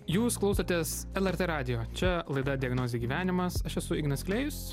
jūs klausotės lrt radijo čia laida diagnozė gyvenimas aš esu ignas klėjus